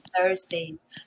Thursdays